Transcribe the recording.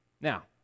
Now